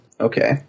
Okay